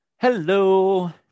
Hello